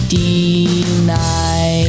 deny